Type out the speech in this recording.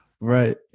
Right